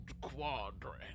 quadrant